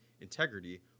integrity